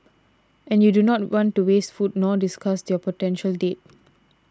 and you do not want to waste food nor disgust your potential date